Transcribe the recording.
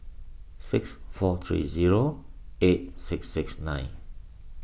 six four three zero eight six six nine